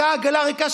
אותה עגלה ריקה,